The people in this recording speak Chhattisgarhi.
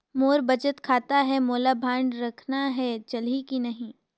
मोर बचत खाता है मोला बांड रखना है चलही की नहीं?